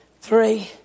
three